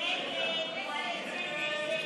ההסתייגות (112) של קבוצת סיעת יש עתיד-תל"ם,